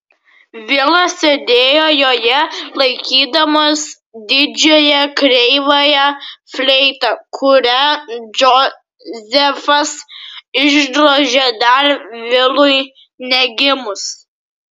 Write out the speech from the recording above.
vilas sėdėjo joje laikydamas didžiąją kreivąją fleitą kurią džozefas išdrožė dar vilui negimus